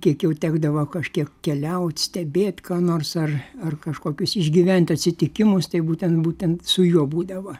kiek jau tekdavo kažkiek keliaut stebėt ką nors ar ar kažkokius išgyvent atsitikimus tai būtent būtent su juo būdavo